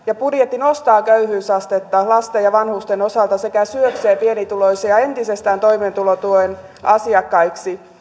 ja budjetti nostaa köyhyysastetta lasten ja vanhusten osalta sekä syöksee pienituloisia entisestään toimeentulotuen asiakkaiksi